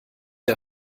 der